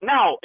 Now